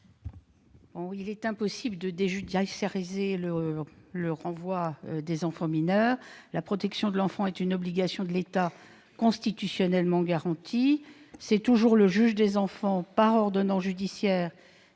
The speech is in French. Il est impossible de déjudiciariser le renvoi des enfants mineurs dans leur pays. La protection de l'enfant est une obligation de l'État constitutionnellement garantie. C'est toujours le juge des enfants, par ordonnance judiciaire,